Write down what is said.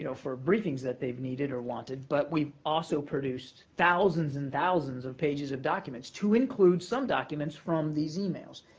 you know briefings that they've needed or wanted, but we've also produced thousands and thousands of pages of documents, to include some documents from these emails.